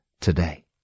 today